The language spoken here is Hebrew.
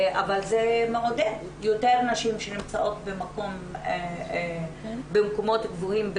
אבל זה מעודד יותר נשים שנמצאות במקומות גבוהים,